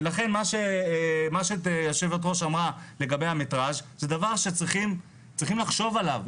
לכן מה שהיושבת-ראש אמרה לגבי המטראז' זה דבר שצריכים לחשוב עליו.